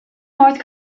north